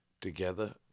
together